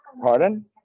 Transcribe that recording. Pardon